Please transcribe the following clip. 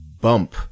Bump